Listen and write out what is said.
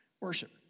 worship